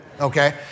okay